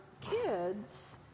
kids